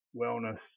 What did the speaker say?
wellness